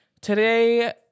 today